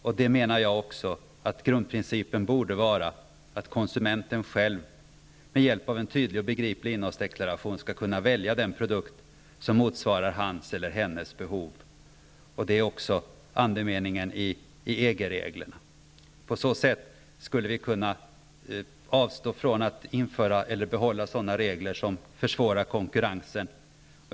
Jag menar att grundprincipen borde vara att konsumenten själv, med hjälp av en tydlig och begriplig innehållsdeklaration, skall kunna välja den produkt som motsvarar hennes eller hans behov. Det är också andemeningen i EG-reglerna. På så sätt skulle vi kunna avstå från att behålla sådana regler som försvårar konkurrensen.